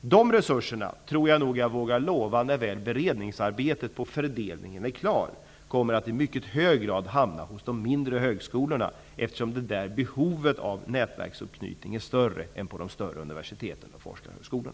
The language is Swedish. När väl beredningsarbetet på fördelningen är klar, kommer dessa resurser i mycket hög grad att hamna hos de mindre högskolorna -- det tror jag nog jag vågar lova -- eftersom behovet av nätverksanknytning är större där än på de större universiteten och forskarhögskolorna.